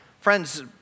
Friends